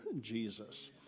jesus